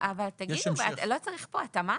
--- לא צריך התאמה?